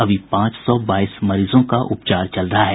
अभी पांच सौ बाईस मरीजों का उपचार चल रहा है